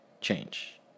change